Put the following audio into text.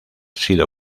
sido